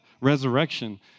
Resurrection